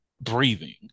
breathing